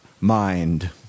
mind